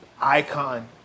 icon